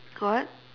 what